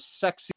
sexy